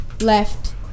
left